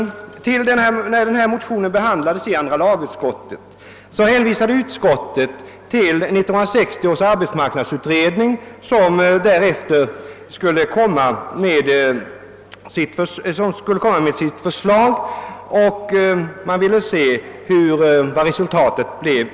När denna motion behandlades i andra lagutskottet hänvisade utskottet till 1960 års arbetsmarknadsutredning, som skulle lägga fram sitt förslag. Man ville se vad det förslaget innebar.